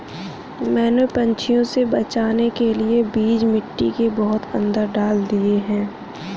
मैंने पंछियों से बचाने के लिए बीज मिट्टी के बहुत अंदर डाल दिए हैं